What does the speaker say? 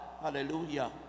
Hallelujah